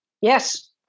yes